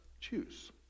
choose